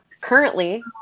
Currently